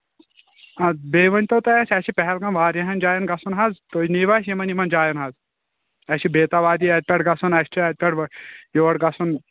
اَدٕ بیٚیہِ ؤنۍتَو اَسہِ اَسہِ چھُ پہلگام واریاہ جاین گژھُن حظ تُہۍ نِیٖوا اَسہِ یِمن یِمن جاین حظ اَسہِ چھُ بیتاب وادی اَتہِ پیٚٹھ گژُھن حظ اَسہِ چھُ اَتہِ پیٚٹھ یور گژھُن